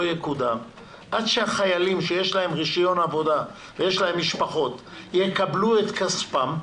יקודם עד שהחיילים שיש להם רישיון עבודה ויש להם משפחות יקבלו את כספם,